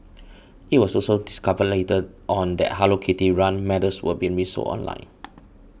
it was also discovered later on that Hello Kitty run medals were being resold online